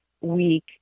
week